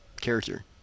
character